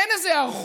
אין איזו הערכות,